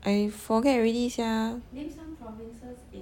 I forget already sia